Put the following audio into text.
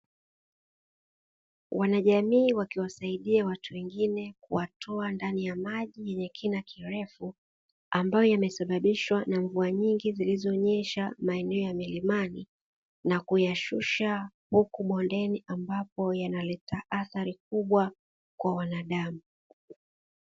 Wanajamii wakiwasaidia watu wengine kuwatoa ndani ya maji yenye kina kirefu, ambayo yamesabahishwa na mvua nyingi zilizonyesha maeneo ya milimani, na kuyashusha huku bondeni ambapo yanaleta athari kubwa kwa wanadamu.